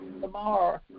tomorrow